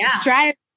strategy